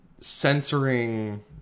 censoring